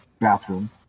bathroom